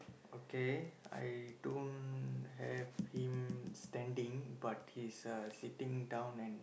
okay I don't have him standing but he's uh sitting down and